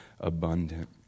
abundant